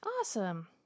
Awesome